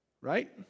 Right